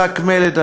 שק מלט,